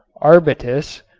arbutus,